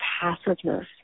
passiveness